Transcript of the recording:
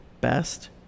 best